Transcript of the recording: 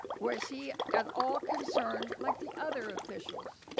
was he at all concerned like the other officials?